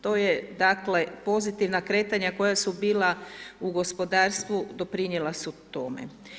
To je, dakle, pozitivna kretanja koja su bila u gospodarstvu, doprinijela su tome.